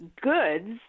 goods